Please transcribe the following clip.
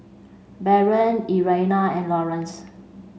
Barron Irena and Laurance